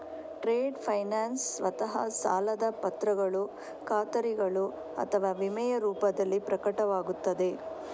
trade finance ಸ್ವತಃ ಸಾಲದ ಪತ್ರಗಳು ಖಾತರಿಗಳು ಅಥವಾ ವಿಮೆಯ ರೂಪದಲ್ಲಿ ಪ್ರಕಟವಾಗುತ್ತದೆ